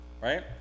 right